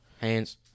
hands